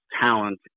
talent